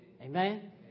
Amen